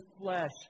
flesh